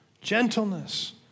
gentleness